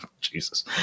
Jesus